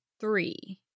three